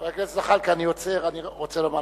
חבר הכנסת זחאלקה, אני עוצר, אני רוצה לומר לך,